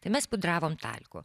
tai mes pudravom talku